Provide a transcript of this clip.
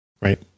right